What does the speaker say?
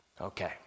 Okay